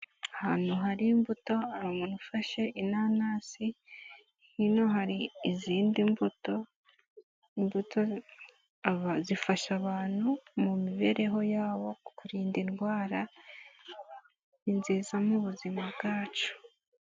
Ahantu hari imbuto, umuntu ufashe inanasi, hino hari izindi mbuto ndetse zifasha abantu mu mibereho yabo, kukurinda indwara, ni nziza mu buzima bwacu.